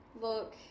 look